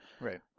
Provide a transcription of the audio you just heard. Right